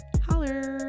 holler